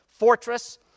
fortress